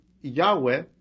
Yahweh